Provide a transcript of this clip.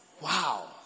wow